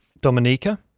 Dominica